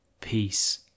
Peace